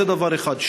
זה דבר אחד.